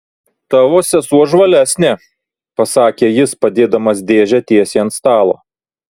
tavo sesuo žvalesnė pasakė jis padėdamas dėžę tiesiai ant stalo